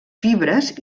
fibres